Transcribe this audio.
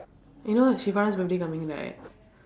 eh you know that birthday coming right